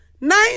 nine